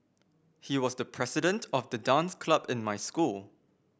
he was the president of the dance club in my school